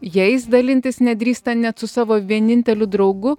jais dalintis nedrįsta net su savo vieninteliu draugu